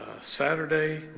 Saturday